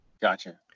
Gotcha